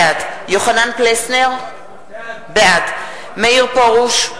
בעד יוחנן פלסנר, בעד מאיר פרוש,